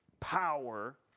power